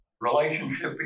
relationship